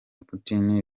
putin